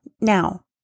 Now